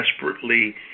desperately